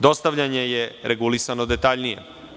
Dostavljanje je regulisano detaljnije.